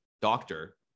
doctor